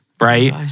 Right